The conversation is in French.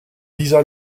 lisa